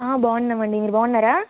బాగున్నాం అండి మీరు బాగున్నారా